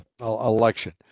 election